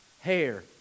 Hair